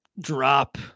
drop